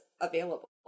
available